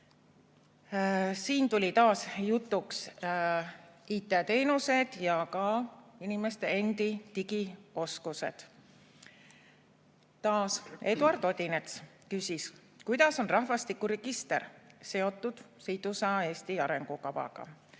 Siin tulid taas jutuks IT‑teenused ja ka inimeste endi digioskused. Taas Eduard Odinets küsis, kuidas on rahvastikuregister seotud sidusa Eesti arengukavaga.